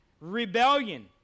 Rebellion